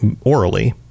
orally